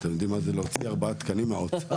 אתם יודעים מה זה להוציא ארבעה תקנים מהאוצר?